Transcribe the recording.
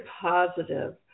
positive